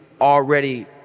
already